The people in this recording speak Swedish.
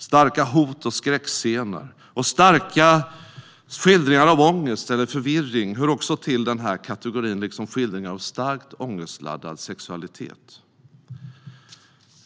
Starka hot och skräckscener samt starka skildringar av ångest eller förvirring hör också till denna kategori, liksom skildringar av starkt ångestladdad sexualitet.